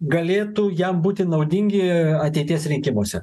galėtų jam būti naudingi ateities rinkimuose